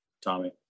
Tommy